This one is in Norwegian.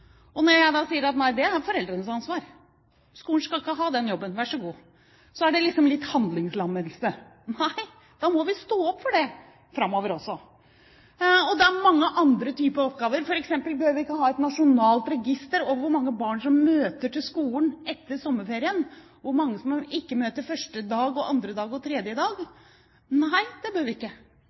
Når jeg da sier at det er foreldrenes ansvar, at skolen ikke skal ha den jobben, vær så god, ses det på som litt handlingslammelse. Nei, vi må stå opp for det framover også. Det nevnes mange andre type oppgaver: Bør vi f.eks. ikke ha et nasjonalt register over hvor mange barn som møter på skolen etter sommerferien, hvor mange som ikke møter første dag, andre dag og tredje dag? Nei, det bør vi ikke.